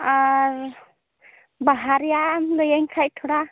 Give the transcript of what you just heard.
ᱟᱨ ᱵᱟᱦᱟ ᱨᱮᱭᱟᱜ ᱮᱢ ᱞᱟᱹᱭᱟᱹᱧ ᱠᱷᱟᱱ ᱛᱷᱚᱲᱟ